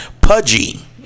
Pudgy